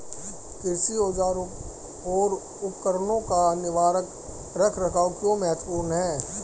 कृषि औजारों और उपकरणों का निवारक रख रखाव क्यों महत्वपूर्ण है?